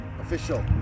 official